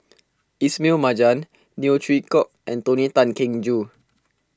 Ismail Marjan Neo Chwee Kok and Tony Tan Keng Joo